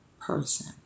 person